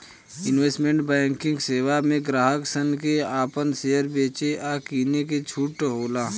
investment banking सेवा में ग्राहक सन के आपन शेयर बेचे आ किने के छूट होला